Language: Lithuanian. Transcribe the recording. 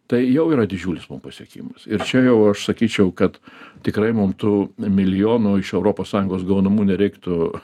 tai jau yra didžiulis pasiekimas ir čia jau aš sakyčiau kad tikrai mum tų milijonų iš europos sąjungos gaunamų nereiktų